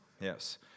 Yes